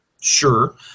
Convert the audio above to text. Sure